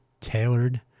tailored